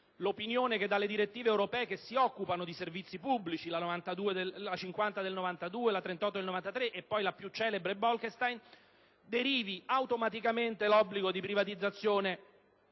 l'opinione che dalle direttive europee che si occupano di servizi pubblici (la direttiva 92/50/CEE, la 93/38/CEE e poi la più celebre Bolkestein) derivi automaticamente l'obbligo di privatizzazione